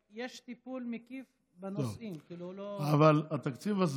יש טיפול מקיף בנושאים, כאילו לא, אבל התקציב,